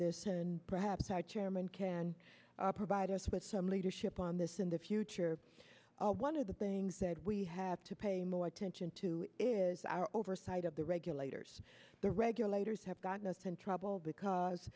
this and perhaps our chairman can provide us with some leadership on this in the future one of the things that we have to pay more attention to is our oversight of the regulators the regulators have gotten us in trouble because